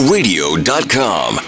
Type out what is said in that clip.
Radio.com